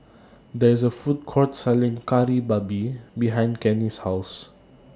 There IS A Food Court Selling Kari Babi behind Kenny's House